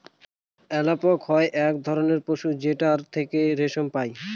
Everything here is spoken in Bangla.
আলাপক হয় এক ধরনের পশু যেটার থেকে রেশম পাই